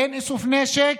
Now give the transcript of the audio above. אין איסוף נשק,